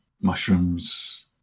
mushrooms